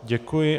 Děkuji.